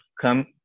come